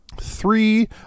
Three